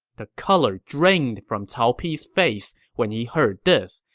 the color drained from cao pi's face when he heard this,